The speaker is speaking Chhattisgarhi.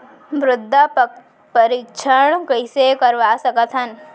मृदा परीक्षण कइसे करवा सकत हन?